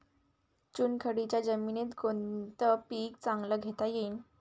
चुनखडीच्या जमीनीत कोनतं पीक चांगलं घेता येईन?